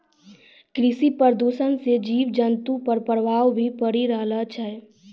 कृषि प्रदूषण से जीव जन्तु पर प्रभाव भी पड़ी रहलो छै